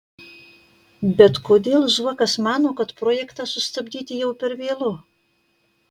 bet kodėl zuokas mano kad projektą sustabdyti jau per vėlu